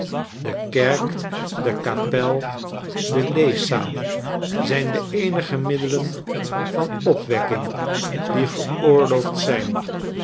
de kerk dekapel de leeszaal zijn de eenige middelen van opwekking die geoorloofdzijn en